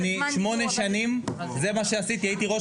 שמונה שנים זה מה שעשיתי.